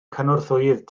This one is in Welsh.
cynorthwyydd